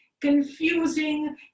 confusing